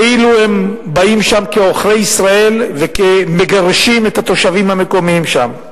כאילו הם באים לשם כעוכרי ישראל וכמגרשים את התושבים המקומיים שם.